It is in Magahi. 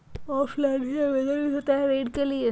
ऑफलाइन भी आवेदन भी होता है ऋण के लिए?